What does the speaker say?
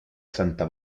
santa